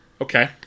Okay